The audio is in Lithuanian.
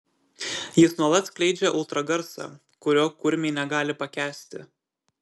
jis nuolat skleidžia ultragarsą kurio kurmiai negali pakęsti